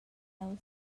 aunc